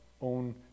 own